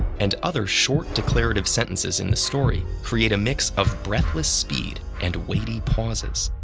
and other short declarative sentences in the story create a mix of breathless speed and weighty pauses.